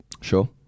Sure